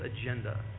agenda